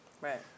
right